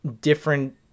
different